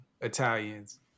Italians